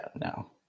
No